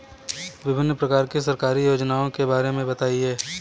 विभिन्न प्रकार की सरकारी योजनाओं के बारे में बताइए?